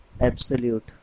absolute